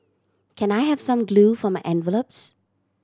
can I have some glue for my envelopes